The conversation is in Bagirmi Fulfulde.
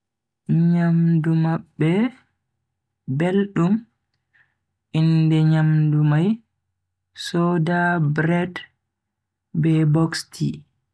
Nyamdu mabbe beldum, inde nyamdu mai soda bread be boxty,